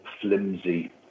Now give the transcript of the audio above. flimsy